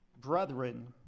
brethren